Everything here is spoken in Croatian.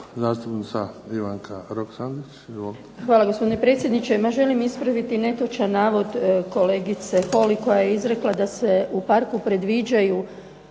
Hvala gospodine predsjedniče. Ja želim ispraviti netočan navod kolegice HOly koja je izrekla da se u parku predviđaju